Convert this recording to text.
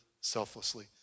selflessly